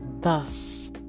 thus